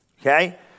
Okay